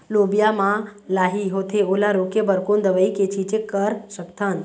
लोबिया मा लाही होथे ओला रोके बर कोन दवई के छीचें कर सकथन?